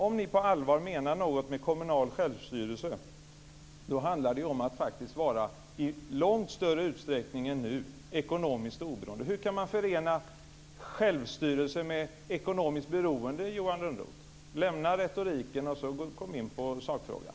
Om ni på allvar menar något med kommunal självstyrelse handlar det om att i långt större utsträckning än nu vara ekonomiskt oberoende. Hur kan man förena självstyrelse med ekonomiskt beroende, Johan Lönnroth? Lämna retoriken och kom in på sakfrågan!